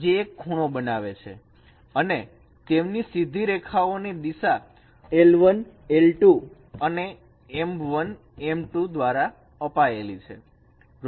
જે એક ખૂણો બનાવે છે અને તેમની સીધી રેખાઓ ની દિશા l1 l2 અને m1m2 દ્વારા અપાયેલી છે